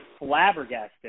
flabbergasting